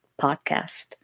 podcast